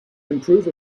improve